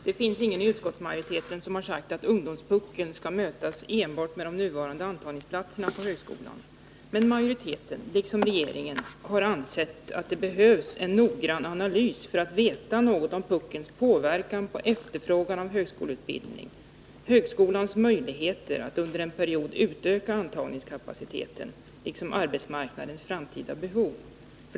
Herr talman! Ingen i utskottsmajoriteten har sagt att ungdomspuckeln skall mötas enbart genom ett upprätthållande av det nuvarande antalet antagningsplatser inom högskolan. Utskottsmajoriteten liksom regeringen har ansett att det behövs en noggrann analys för att man skall få veta något om hur puckeln påverkar efterfrågan på högskoleutbildning, samt om vilka möjligheter högskolan har att under en period utöka antagningskapaciteten liksom att tillgodose arbetsmarknadens framtida behov.